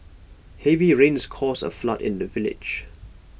heavy rains caused A flood in the village